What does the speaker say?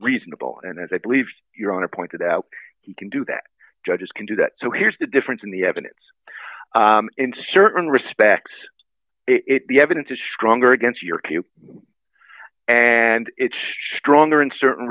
reasonable and as i believe your honor pointed out you can do that judges can do that so here's the difference in the evidence in certain respects if the evidence is stronger against your cue and it's stronger in certain